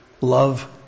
Love